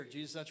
Jesus